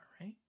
right